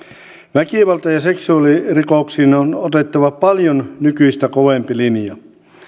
väkivalta ja seksuaalirikoksiin on otettava paljon nykyistä kovempi linja